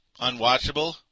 unwatchable